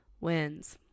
wins